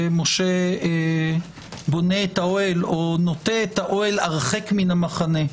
שמשה בונה את האוהל או נוטה אותו הרחק מן המחנה.